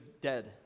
dead